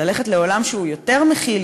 ללכת לעולם שהוא יותר מכיל,